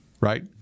right